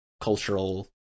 cultural